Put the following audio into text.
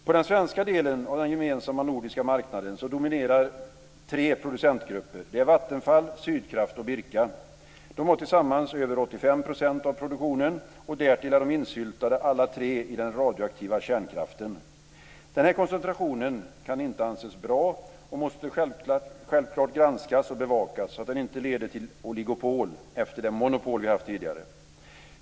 På den svenska delen av den gemensamma nordiska marknaden dominerar tre producentgrupper. Det är Vattenfall, Sydkraft och Birka. De har tillsammans över 85 % av produktionen. Därtill är alla tre insyltade i den radioaktiva kärnkraften. Den här koncentrationen kan inte anses vara bra och måste självklart granskas och bevakas, så att den inte leder till ett oligopol efter det monopol som vi har haft tidigare.